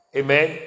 amen